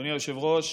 אדוני היושב-ראש,